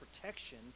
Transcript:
protection